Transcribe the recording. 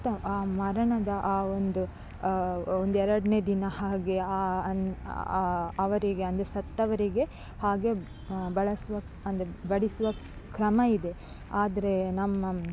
ಸತ್ತ ಆ ಮರಣದ ಆ ಒಂದು ಒಂದು ಎರಡನೇ ದಿನ ಹಾಗೆ ಅವರಿಗೆ ಅಂದರೆ ಸತ್ತವರಿಗೆ ಹಾಗೇ ಬಳಸುವ ಅಂದರೆ ಬಡಿಸುವ ಕ್ರಮ ಇದೆ ಆದರೆ ನಮ್ಮ